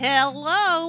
Hello